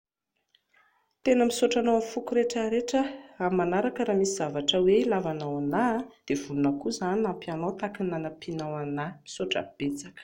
Tena misaotra anao amin'ny foko rehetra rehetra aho, amin'ny manaraka raha misy zavatra hoe hilavanao ahy dia vonona koa izaho hanampy anao tahaka ny nanampianao anahy. Misaotra betsaka